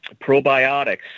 probiotics